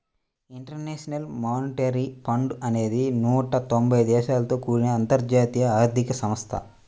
international monetary fund అనేది నూట తొంబై దేశాలతో కూడిన అంతర్జాతీయ ఆర్థిక సంస్థ